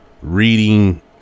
reading